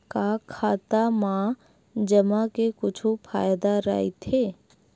का खाता मा जमा के कुछु फ़ायदा राइथे?